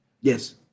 Yes